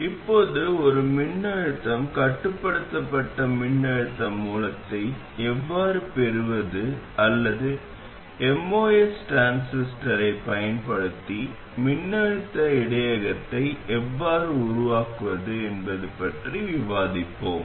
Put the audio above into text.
இப்போது ஒரு மின்னழுத்தம் கட்டுப்படுத்தப்பட்ட மின்னழுத்த மூலத்தை எவ்வாறு பெறுவது அல்லது MOS டிரான்சிஸ்டரைப் பயன்படுத்தி மின்னழுத்த இடையகத்தை எவ்வாறு உருவாக்குவது என்பது பற்றி விவாதிப்போம்